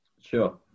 Sure